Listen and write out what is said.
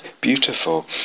beautiful